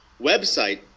website